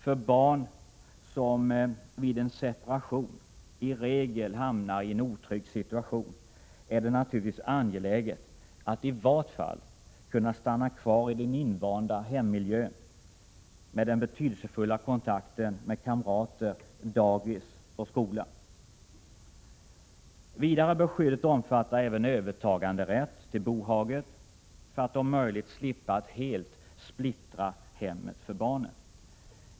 För barn, som vid en separation i regel hamnar i en otrygg situation, är det naturligtvis angeläget att i vart fall kunna stanna kvar i den invanda hemmiljön med den betydelsefulla kontakten med kamrater, dagis och skola. Vidare bör skyddet omfatta även övertaganderätt till bohaget för att man om möjligt skall slippa att helt splittra hemmet för barnen.